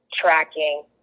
tracking